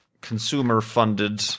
consumer-funded